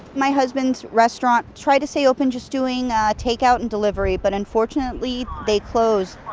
my husband's restaurant tried to say open just doing takeout and delivery but unfortunately they closed.